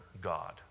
God